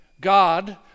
God